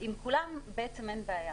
עם כולם אין בעיה.